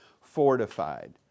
fortified